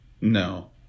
No